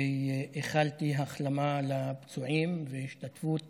ואיחלתי החלמה לפצועים והשתתפות